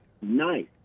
Nice